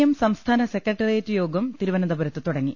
M സംസ്ഥാന secretariat യോഗം തിരു വനന്തപുരത്ത് തുടങ്ങി